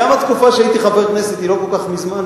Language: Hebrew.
גם התקופה שהייתי חבר כנסת היא לא כל כך מזמן,